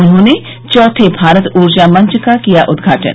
उन्होंने चौथे भारत ऊर्जा मंच का किया उदघाटन